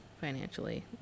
financially